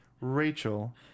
Rachel